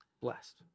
blessed